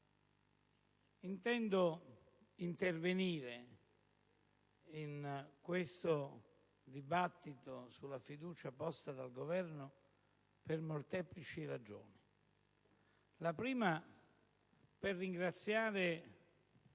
intendo intervenire in questo dibattito sulla questione di fiducia posta dal Governo per molteplici ragioni. In primo luogo, per ringraziare